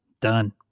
Done